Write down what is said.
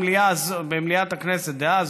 במליאת הכנסת דאז